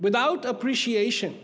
without appreciation